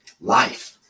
Life